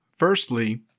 Firstly